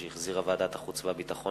שהחזירה ועדת החוץ והביטחון,